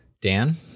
Dan